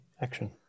action